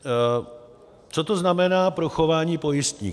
A co to znamená pro chování pojistníka?